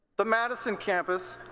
the madison campus,